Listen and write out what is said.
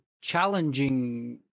challenging